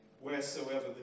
wheresoever